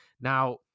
Now